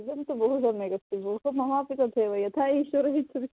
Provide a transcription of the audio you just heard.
इदं तु बहु सम्यक् अस्ति बहु ममापि तथैव यथा ईश्वरः इच्छति